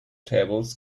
tables